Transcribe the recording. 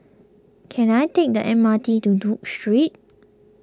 can I take the M R T to Duke Street